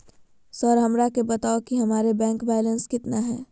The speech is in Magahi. सर हमरा के बताओ कि हमारे बैंक बैलेंस कितना है?